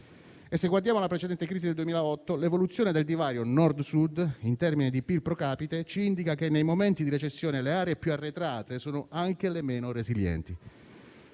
Se guardiamo alla precedente crisi del 2008, l'evoluzione del divario Nord-Sud in termini di PIL *pro capite* ci indica che, nei momenti di recessione, le aree più arretrate sono anche le meno resilienti.